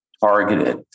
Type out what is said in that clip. targeted